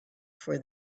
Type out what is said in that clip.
for